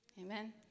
Amen